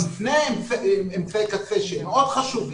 לפני אמצעי קצה שהם מאוד חשובים,